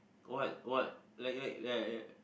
what what like like like like